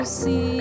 see